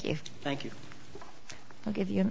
you thank you i'll give you an